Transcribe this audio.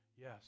Yes